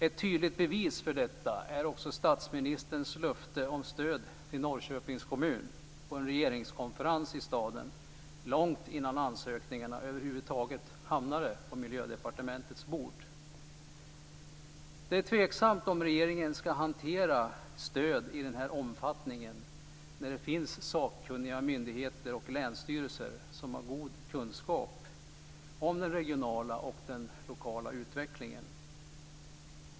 Ett tydligt bevis för detta är statsministerns löfte om stöd till Norrköpings kommun på en regeringskonferens i staden långt innan ansökningarna över huvud taget hamnade på Miljödepartementets bord. Det är tveksamt om regeringen ska hantera stöd i den här omfattningen när det finns sakkunniga myndigheter och länsstyrelser som har god kunskap om den regionala och den lokala utvecklingen.